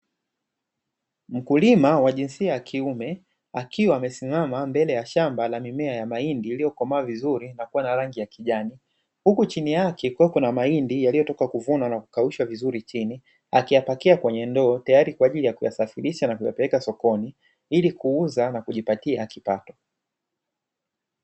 Mkulima wa jinsia ya kiume akiwa amesimama mbele ya shamba la mimea ya mahindi iliyokomaa vizuri na kuwa na rangi ya kijani. Huku chini yake kukiwa na mahindi yaliyotoka kuvunwa na kukausha vizuri chini akiyapakia kwenye ndo tayari kwa ajili ya kuyasafirisha na kuyapeleka sokoni ili kuuza na kujipatia kipato.